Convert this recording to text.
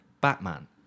Batman